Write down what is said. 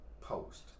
post